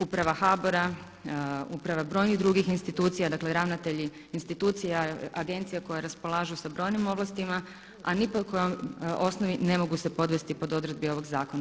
Uprava HBOR-a, uprava brojnih drugih institucija, dakle ravnatelji institucija, agencija koje raspolažu sa brojim ovlastima a ni po kojoj osnovi ne mogu se podvesti pod odredbe ovog zakona.